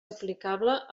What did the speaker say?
aplicable